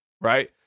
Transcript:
right